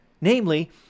namely